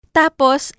tapos